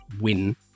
win